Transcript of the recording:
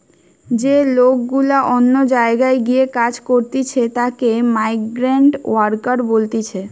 যে লোক গুলা অন্য জায়গায় গিয়ে কাজ করতিছে তাকে মাইগ্রান্ট ওয়ার্কার বলতিছে